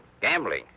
Gambling